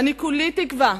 כולי תקווה,